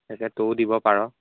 এতিয়া তয়ো দিব পাৰ